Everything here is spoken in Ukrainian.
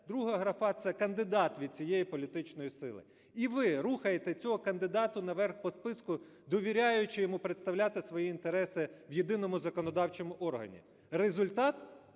Друга графа – це кандидат від цієї політичної сили. І ви рухаєте цього кандидата наверх по списку, довіряючи йому представляти свої інтереси в єдиному законодавчому органі. Результат –